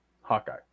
Hawkeye